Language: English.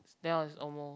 then I was almost